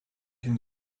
can